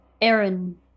Aaron